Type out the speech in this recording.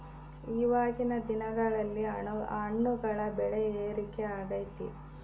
ಇವಾಗಿನ್ ದಿನಗಳಲ್ಲಿ ಹಣ್ಣುಗಳ ಬೆಳೆ ಏರಿಕೆ ಆಗೈತೆ